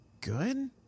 good